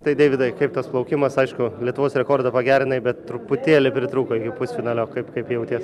tai deividai kaip tas plaukimas aišku lietuvos rekordą pagerinai bet truputėlį pritrūko iki pusfinalio kaip kaip jauties